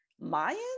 Mayan